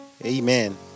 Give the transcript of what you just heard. Amen